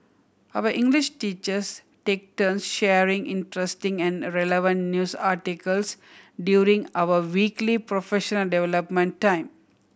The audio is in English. our English teachers take turns sharing interesting and relevant news articles during our weekly professional development time